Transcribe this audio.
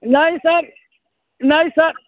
नहीं सर नहीं सर